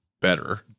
better